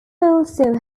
also